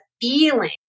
feeling